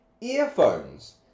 earphones